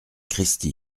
cristi